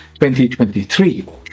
2023